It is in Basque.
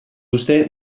uste